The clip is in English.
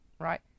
right